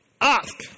Ask